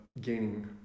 gaining